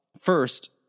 First